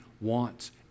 wants